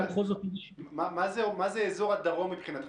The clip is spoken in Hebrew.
מה זה אזור הדרום מבחינתך?